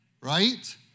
right